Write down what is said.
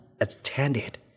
extended